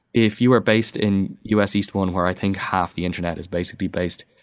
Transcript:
if you are based in us east one where i think half the internet is basically based